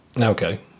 Okay